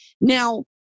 Now